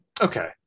Okay